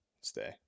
stay